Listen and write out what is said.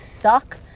suck